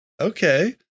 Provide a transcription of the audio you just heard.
okay